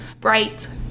bright